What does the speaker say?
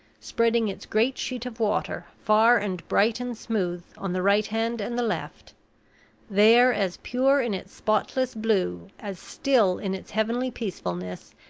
spreading its great sheet of water, far and bright and smooth, on the right hand and the left there, as pure in its spotless blue, as still in its heavenly peacefulness,